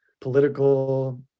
political